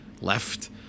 left